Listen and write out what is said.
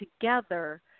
together